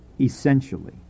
essentially